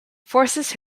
forces